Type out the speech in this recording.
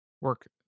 work